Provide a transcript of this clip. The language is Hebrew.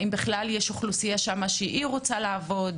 האם בכלל יש אוכלוסייה שם שרוצה לעבוד,